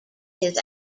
his